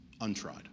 untried